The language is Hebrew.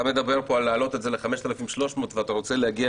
אתה מדבר פה להעלות ל-5,300 ואתה רוצה להגיע